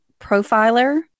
Profiler